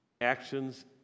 actions